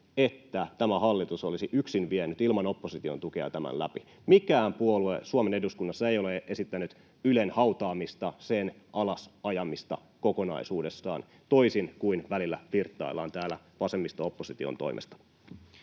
että tämä hallitus olisi yksin vienyt ilman opposition tukea tämän läpi. Mikään puolue Suomen eduskunnassa ei ole esittänyt Ylen hautaamista, sen alasajamista kokonaisuudessaan, toisin kuin välillä flirttaillaan täällä vasemmisto—opposition toimesta.